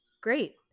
Great